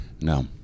No